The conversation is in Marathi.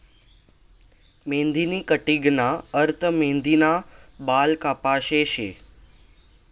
मेंढीनी कटिंगना अर्थ मेंढीना बाल कापाशे शे